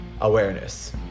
awareness